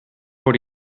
voor